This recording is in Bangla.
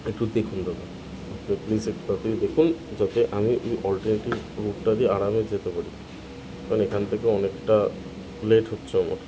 একটু দেখুন দাদা প্লিস দেখুন যাতে আমি ওই অল্টারনেটিভ রুটটা দিয়ে আরামে যেতে পারি কারণ এখান থেকে অনেকটা লেট হচ্ছে আমার